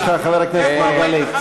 חבר הכנסת מרגלית,